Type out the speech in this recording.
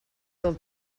del